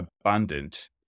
abundant